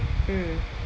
mm